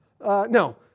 No